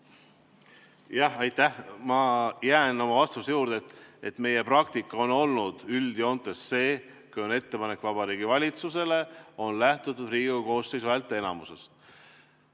Jah, aitäh! Ma jään oma vastuse juurde, et meie praktika on olnud üldjoontes selline: kui on ettepanek Vabariigi Valitsusele, siis on lähtutud Riigikogu koosseisu häälteenamusest.